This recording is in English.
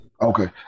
Okay